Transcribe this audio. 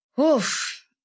Oof